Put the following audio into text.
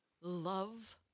love